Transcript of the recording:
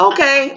Okay